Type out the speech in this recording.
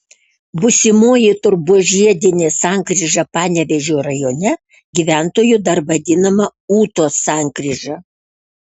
būsimoji turbožiedinė sankryža panevėžio rajone gyventojų dar vadinama ūtos sankryža